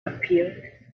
appeared